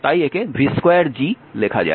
তাই একে v2G লেখা যায়